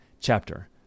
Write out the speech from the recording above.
chapter